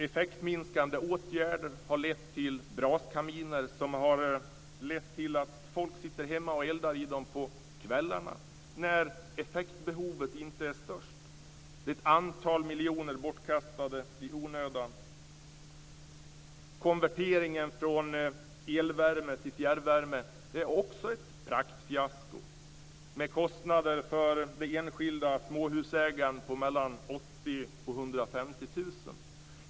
Effektminskande åtgärder har lett till braskaminer som folk sitter hemma och eldar i på kvällarna när effektbehovet inte är som störst. Ett antal miljoner är bortkastade i onödan. Konverteringen från elvärme till fjärrvärme är också ett praktfiasko med kostnader för den enskilda småhusägaren på 80 000-150 000.